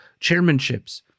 chairmanships